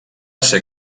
ser